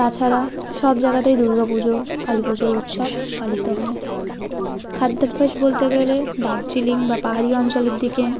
তাছাড়া সব জাগাতেই দুর্গা পুজো কালী পুজোর উৎসব পালিত হয় খাদ্যভ্যাস বলতে গেলে দার্জিলিং বা পাহাড়ি অঞ্চলের দিকে